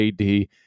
AD